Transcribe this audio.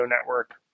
network